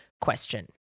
question